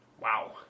Wow